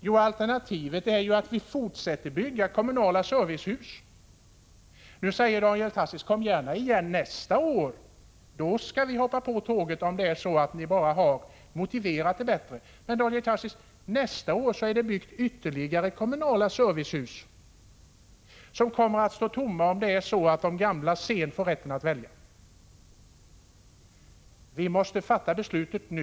Jo, alternativet är att vi fortsätter att bygga kommunala servicehus. Nu säger Daniel Tarschys: Kom gärna igen nästa år — då skall vi hoppa på tåget om ni bara har motiverat ert förslag bättre. Men, Daniel Tarschys, nästa år har man byggt ännu fler kommunala servicehus som kommer att stå tomma om de gamla får rätt att välja. Vi måste fatta beslutet nu.